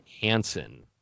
Hansen